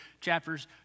chapters